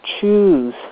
choose